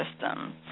System